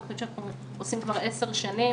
זו תוכנית שאנחנו מפעילים כבר עשר שנים.